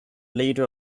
leader